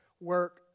work